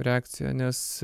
reakcija nes